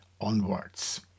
onwards